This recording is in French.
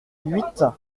huit